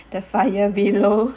the fire below